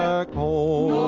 back home.